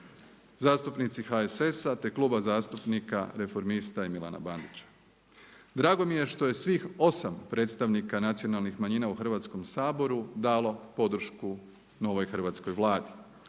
Zastupnici HSS-a, te kluba zastupnika Reformista i Milana Bandića. Drago mi je što je svih 8 predstavnika nacionalnih manjina u Hrvatskom saboru dalo podršku novoj hrvatskoj Vladi.